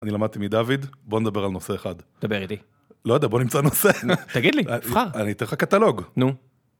אני למדתי מדוד בוא נדבר על נושא אחד - דבר איתי - לא יודע בוא נמצא נושא - תגיד לי - אני אתן לך קטלוג - נו.